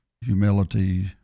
humility